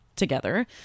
Together